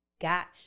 got